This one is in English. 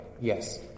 yes